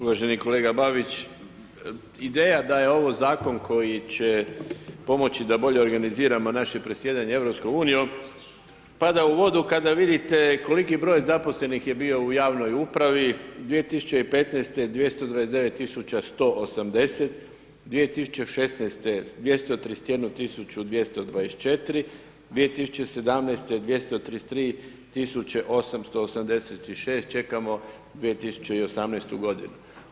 Uvaženi kolega Babić, ideja da je ovo zakon koji će pomoći da bolje organiziramo naše predsjedanje EU pada u vodu, kada vidite koliki broj zaposlenih je bio u javnoj upravi 2015.-229.180, 2016.-231.224, 2017.-233.886 čekamo 2018. godinu.